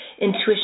intuition